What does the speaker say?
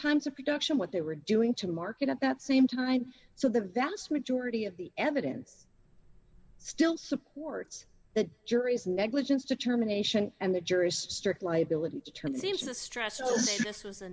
times of production what they were doing to market at that same time so the vast majority of the evidence still supports that jury's negligence determination and the jury's strict liability terms seems a stretch so this was a